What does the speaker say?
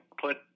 put